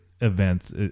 events